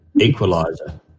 equalizer